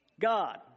God